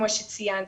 כמו שציינת,